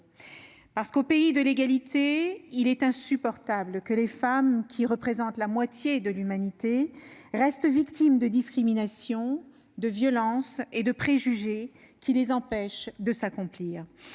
effet, au pays de l'égalité, il est insupportable que les femmes, qui représentent la moitié de l'humanité, restent victimes de discriminations, de violences et de préjugés qui les empêchent de s'accomplir.